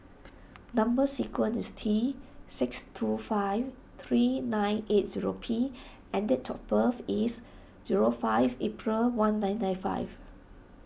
Number Sequence is T six two five three nine eight zero P and date of birth is zero five April one nine nine five